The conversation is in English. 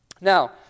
Now